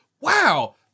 Wow